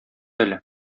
әле